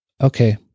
Okay